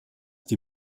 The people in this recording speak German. die